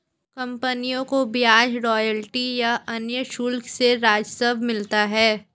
कंपनियों को ब्याज, रॉयल्टी या अन्य शुल्क से राजस्व मिलता है